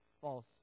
false